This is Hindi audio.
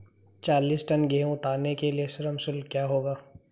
चालीस टन गेहूँ उतारने के लिए श्रम शुल्क क्या होगा?